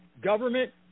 government